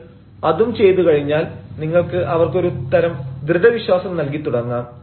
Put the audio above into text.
നിങ്ങൾ അതും ചെയ്തു കഴിഞ്ഞാൽ നിങ്ങൾക്ക് അവർക്ക് ഒരു തരം ദൃഢവിശ്വാസം നൽകി തുടങ്ങാം